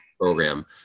program